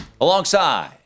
Alongside